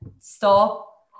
stop